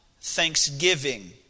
thanksgiving